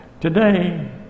today